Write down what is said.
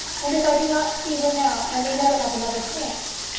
and if i do not see her now, i may never have another chance.